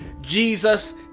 Jesus